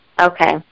Okay